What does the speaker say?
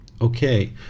Okay